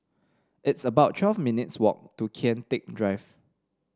it's about twelve minutes' walk to Kian Teck Drive